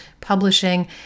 publishing